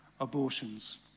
abortions